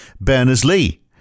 Berners-Lee